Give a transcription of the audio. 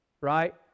right